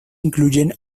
incluyen